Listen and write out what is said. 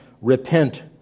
repent